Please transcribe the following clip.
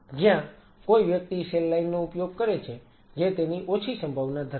જ્યાં કોઈ વ્યક્તિ સેલ લાઈન નો ઉપયોગ કરે છે જે તેની ઓછી સંભાવના ધરાવે છે